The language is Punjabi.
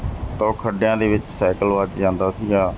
ਤਾਂ ਉਹ ਖੱਡਿਆਂ ਦੇ ਵਿੱਚ ਸਾਈਕਲ ਵੱਜ ਜਾਂਦਾ ਸੀਗਾ